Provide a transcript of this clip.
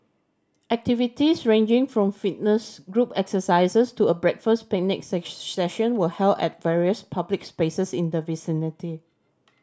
activities ranging from fitness group exercises to a breakfast picnic session were held at various public spaces in the vicinity